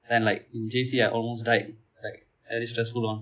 then like in J_C I almost died like very stressful mah